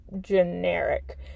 generic